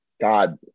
God